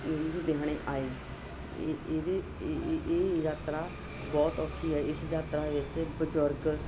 ਲੁਧਿਆਣੇ ਆਏ ਇਹਦੇ ਇਹ ਯਾਤਰਾ ਬਹੁਤ ਔਖੀ ਹੈ ਇਸ ਯਾਤਰਾ ਵਿੱਚ ਬਜ਼ੁਰਗ